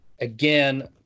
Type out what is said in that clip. again